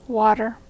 water